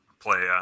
play